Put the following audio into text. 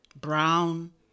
Brown